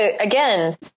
again